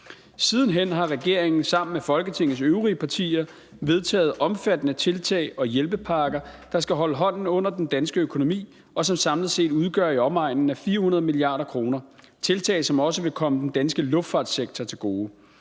Siden hen har regeringen sammen med Folketingets øvrige partier vedtaget omfattende tiltag og hjælpepakker, der skal holde hånden under den danske økonomi, og som samlet set udgør i omegnen af 400 mia. kr. Det er tiltag, som også vil komme den danske luftfartssektor til gode.